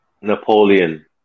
Napoleon